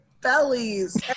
bellies